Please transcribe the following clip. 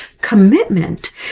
commitment